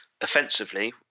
offensively